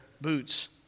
boots